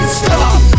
stop